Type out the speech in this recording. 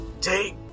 Take